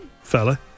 fella